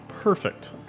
Perfect